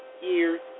years